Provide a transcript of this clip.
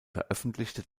veröffentlichte